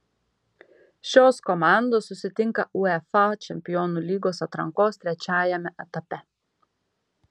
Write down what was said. šios komandos susitinka uefa čempionų lygos atrankos trečiajame etape